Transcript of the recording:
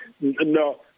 No